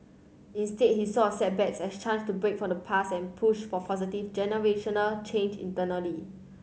instead he saw setbacks as chance to break from the past and push for positive generational change internally